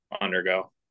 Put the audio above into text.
undergo